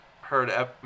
heard